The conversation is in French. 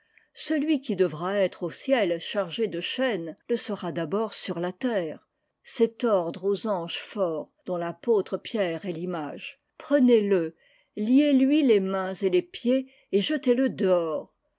celui qui devra être au ciel chargé de chaînes le sera d'abord sur la terre cet ordre aux anges forts dont l'apôtre pierre est l'image prenez-le liez lui les mains et les pieds et jetez le dehors